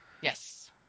Yes